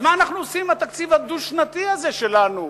אז מה אנחנו עושים עם התקציב הדו-שנתי הזה שלנו?